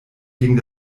ging